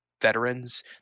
veterans